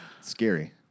Scary